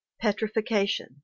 petrification